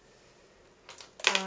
uh